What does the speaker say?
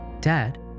Dad